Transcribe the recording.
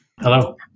Hello